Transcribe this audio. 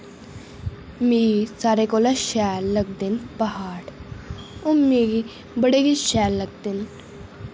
मी सारें कोला शैल लगदे न प्हाड़ ओह् मिगी बड़े गै शैल लगदे न